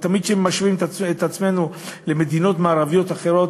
ותמיד כשאנחנו משווים את עצמנו למדינות מערביות אחרות,